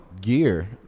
gear